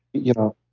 you know,